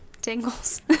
tingles